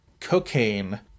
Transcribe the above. cocaine